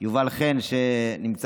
יובל חן, שנמצא